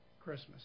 Christmas